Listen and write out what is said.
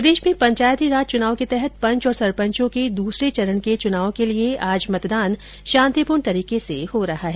प्रदेश में पंचायती राज चुनाव के तहत पंच और सरपंचों के दूसरे चरण के चुनाव के लिए आज मतदान शांतिपूर्ण तरीके से हो रहा है